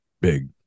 big